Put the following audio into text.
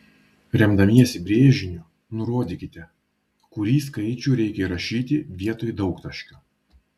remdamiesi brėžiniu nurodykite kurį skaičių reikia įrašyti vietoj daugtaškio